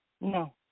No